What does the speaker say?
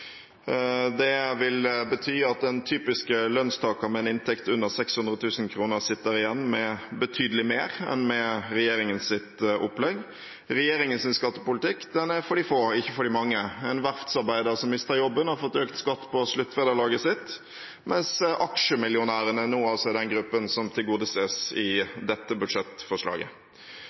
Det vil bety at den typiske lønnstaker med en inntekt under 600 000 kr sitter igjen med betydelig mer enn med regjeringens opplegg. Regjeringens skattepolitikk er for de få, ikke for de mange. En verftsarbeider som mister jobben, har fått økt skatt på sluttvederlaget sitt, mens aksjemillionærene nå altså er den gruppen som tilgodeses i dette budsjettforslaget.